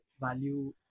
value